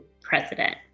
president